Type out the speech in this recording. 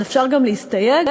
אז אפשר גם להסתייג.